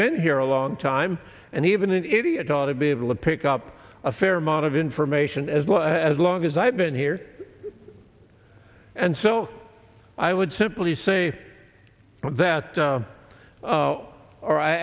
been here a long time and even an idiot ought to be able to pick up a fair amount of information as well as long as i've been here and so i would simply say that